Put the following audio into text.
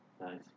Nice